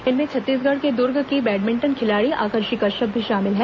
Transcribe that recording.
इनमें छत्तीसगढ़ के दुर्ग की बैडमिंटन खिलाड़ी आकर्षी कश्यप भी शामिल हैं